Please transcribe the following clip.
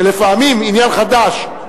ולפעמים עניין חדש,